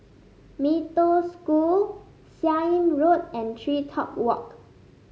Mee Toh School Seah Im Road and TreeTop Walk